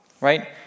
right